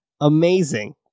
amazing